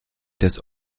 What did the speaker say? des